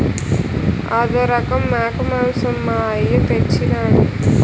ఆదోరంకి మేకమాంసం మా అయ్య తెచ్చెయినాడు